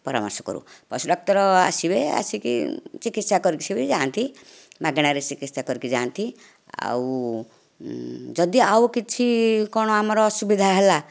ପରାମର୍ଶ କରୁ ପଶୁ ଡାକ୍ତର ଆସିବେ ଆସିକି ଚିକିତ୍ସା କରିକି ସେ ବି ଯାଆନ୍ତି ମାଗଣାରେ ଚିକିତ୍ସା କରିକି ଯାଆନ୍ତି ଆଉ ଯଦି ଆଉ କିଛି କ'ଣ ଆମର ଅସୁବିଧା ହେଲା